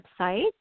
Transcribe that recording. website